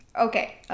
Okay